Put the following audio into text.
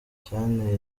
cyanteye